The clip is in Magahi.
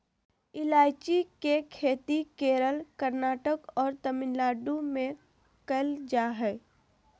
ईलायची के खेती केरल, कर्नाटक और तमिलनाडु में कैल जा हइ